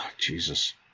Jesus